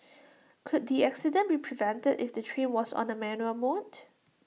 could the accident be prevented if the train was on A manual mode